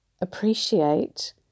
appreciate